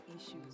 issues